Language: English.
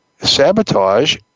sabotage